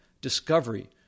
discovery